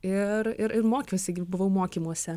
ir ir ir mokiausi gi buvau mokymuose